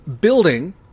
building